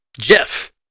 Jeff